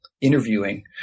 interviewing